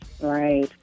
right